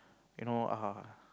you know err